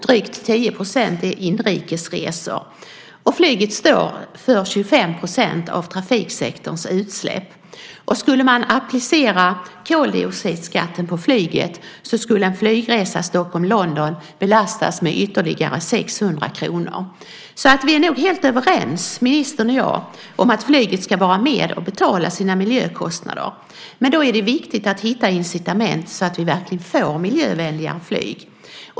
Drygt 10 % är inrikesresor, och flyget står för 25 % av trafiksektorns utsläpp. Skulle man applicera koldioxidskatten på flyget skulle en flygresa Stockholm-London belastas med ytterligare 600 kr. Vi är nog helt överens, ministern och jag, om att flyget ska vara med och betala sina miljökostnader. Då är det viktigt att hitta incitament så att vi verkligen får miljövänligare flyg.